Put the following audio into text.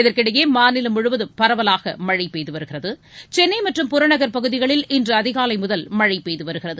இதற்கிடையே மாநிலம் முழுவதும் பரவலாக மழை பெய்து வருகிறது சென்னை மற்றும்புறநகர் பகுதிகிளல் இன்று அதிகாலை முதல் மழை பெய்து வரகிறது